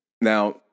Now